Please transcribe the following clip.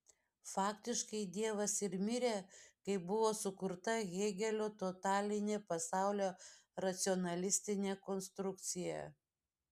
faktiškai dievas ir mirė kai buvo sukurta hėgelio totalinė pasaulio racionalistinė konstrukcija